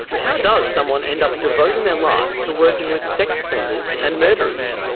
how does someone end up devoting their life to working with sex offenders and murderers?